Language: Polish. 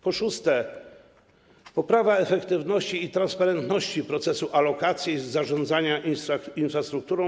Po szóste, poprawa efektywności i transparentności procesu alokacji zarządzania infrastrukturą.